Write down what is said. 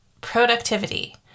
productivity